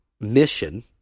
mission